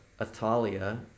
Atalia